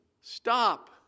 Stop